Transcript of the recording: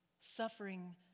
Suffering